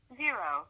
zero